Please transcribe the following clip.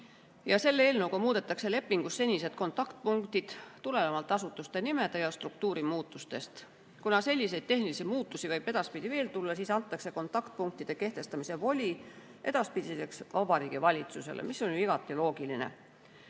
Selle eelnõuga muudetakse lepingus ära senised kontaktpunktid tulenevalt asutuste nimede ja struktuuri muutustest. Kuna selliseid tehnilisi muutusi võib edaspidi veel tulla, siis antakse kontaktpunktide kehtestamise voli edaspidiseks Vabariigi Valitsusele, mis on ju igati loogiline.